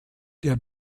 der